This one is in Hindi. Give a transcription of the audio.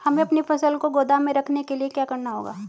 हमें अपनी फसल को गोदाम में रखने के लिये क्या करना होगा?